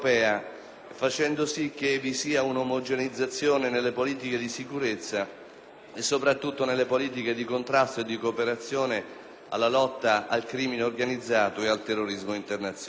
perseguendo un'omogeneizzazione nelle politiche di sicurezza e soprattutto in quelle di contrasto e cooperazione alla lotta al crimine organizzato ed al terrorismo internazionale.